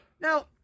Now